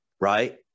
right